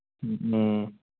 ꯎꯝ